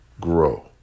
grow